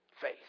Faith